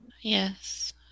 Yes